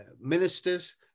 ministers